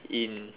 in